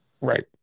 Right